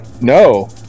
No